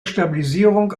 stabilisierung